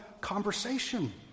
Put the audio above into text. conversation